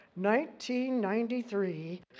1993